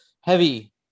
heavy